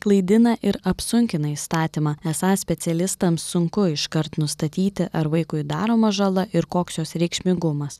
klaidina ir apsunkina įstatymą esą specialistams sunku iškart nustatyti ar vaikui daroma žala ir koks jos reikšmingumas